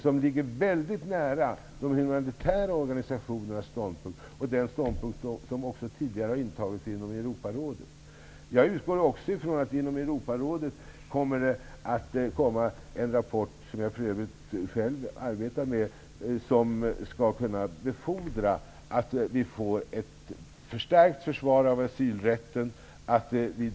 Det ligger väldigt nära de humanitära organisationernas ståndpunkt, som också tidigare har intagits inom Europarådet. Jag utgår också från att Europarådet skall komma med en rapport, vilken jag för övrigt själv arbetar med, som skall kunna befordra ett förstärkt försvar av asylrätten.